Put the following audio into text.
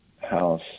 house